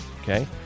Okay